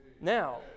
Now